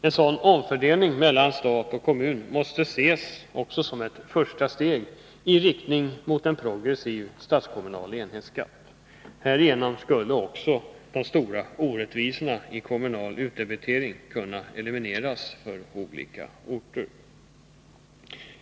En sådan omfördelning mellan stat och kommun måste ses som ett första steg i riktning mot en progressiv statskommunal enhetsskatt. Härigenom skulle också de stora orättvisorna i kommunal utdebitering kunna elimineras för olika orter.